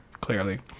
clearly